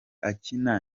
akina